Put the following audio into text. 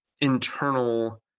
internal